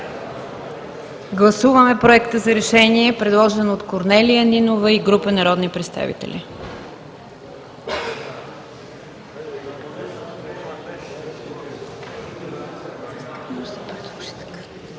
Гласуваме Проекта за решение, предложен от Корнелия Нинова и група народни представители.